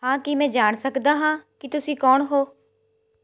ਹਾਂ ਕੀ ਮੈਂ ਜਾਣ ਸਕਦਾ ਹਾਂ ਕਿ ਤੁਸੀਂ ਕੋਣ ਹੋ